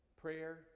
Prayer